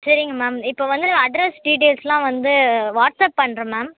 சரிங்க மேம் இப்போ வந்து நான் அட்ரஸ் டீடெயில்ஸ்லாம் வந்து வாட்ஸ்அப் பண்ணுறேன் மேம்